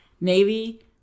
navy